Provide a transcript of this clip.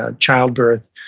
ah child birth.